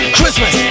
Christmas